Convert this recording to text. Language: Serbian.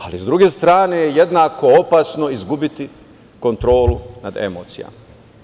Ali, s druge strane jednako opasno je izgubiti kontrolu nad emocijama.